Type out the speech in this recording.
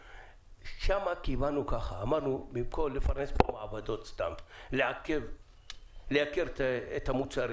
שם כיוונו ככה: אמרנו שבמקום לפרנס פה מעבדות סתם ולייקר את המוצרים,